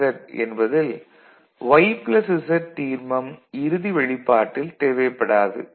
xN' x1' x2' x3' xN' எனவே x y and x prime z and y z என்பதில் y z தீர்மம் இறுதி வெளிப்பாட்டில் தேவைப்படாது